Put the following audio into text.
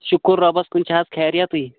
شُکر رۅبس کُن چھا حظ خیریتھٕے